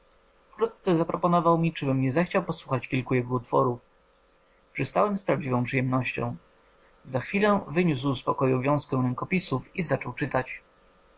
wkońcu zaproponował mi czybym nie zechciał posłuchać kilka jego utworów przystałem z prawdziwą przyjemnością za chwilę wyniósł z pokoju wiązkę rękopisów i zaczął czytać